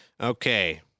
Okay